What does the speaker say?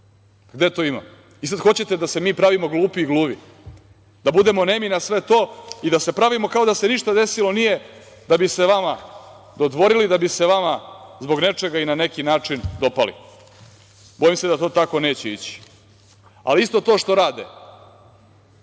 Gde to ima? Sad hoćete da se mi pravimo glupi i gluvi, da budemo nemi na sve to i da se pravimo kao da se ništa desilo nije da bi se vama dodvorili, da bi se vama zbog nečega i na neki način dopali. Bojim se da to tako neće ići, ali isto to što rade